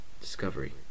Discovery